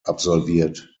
absolviert